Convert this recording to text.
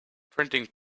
printing